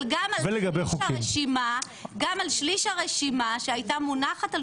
אבל גם על שליש הרשימה שהייתה מונחת על